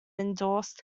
endorsed